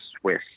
Swiss